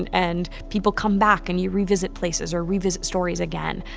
and people come back and you revisit places or revisit stories again.